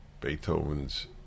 Beethoven's